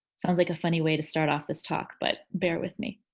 sounds like a funny way to start off this talk but bear with me.